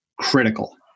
critical